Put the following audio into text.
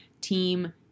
team